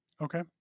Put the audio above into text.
okay